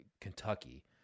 Kentucky